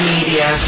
Media